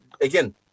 again